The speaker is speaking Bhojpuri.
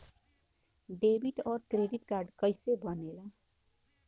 डेबिट और क्रेडिट कार्ड कईसे बने ने ला?